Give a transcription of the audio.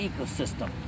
ecosystem